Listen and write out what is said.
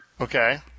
Okay